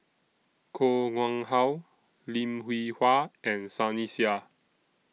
Koh Nguang How Lim Hwee Hua and Sunny Sia